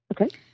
Okay